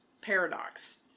paradox